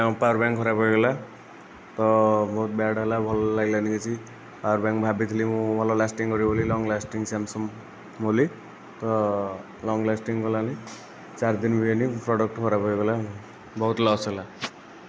power bank ଖରାପ ହୋଇଗଲା ତ ବହୁତ ବ୍ୟାଡ଼ ହେଲା ଭଲ ଲାଗିଲାନି କିଛି ପାୱାର ବ୍ୟାଙ୍କ୍ ଭାବିଥିଲି ମୁଁ ଭଲ ଲାଷ୍ଟିଂ କରିବ ବୋଲି ଲଙ୍ଗ ଲାଷ୍ଟିଂ ସାମସଙ୍ଗ ବୋଲି ତ ଲଙ୍ଗ ଲାଷ୍ଟିଂ ଗଲାନି ଚାରିଦିନ ବି ହେଇନି ପ୍ରଡ଼କ୍ଟ ଖରାପ ହୋଇଗଲା ଆଉ ବହୁତ ଲସ୍ ହେଲା